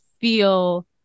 feel